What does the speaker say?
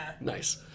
nice